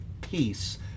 peace